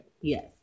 Yes